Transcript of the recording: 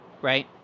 Right